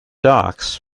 docks